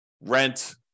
rent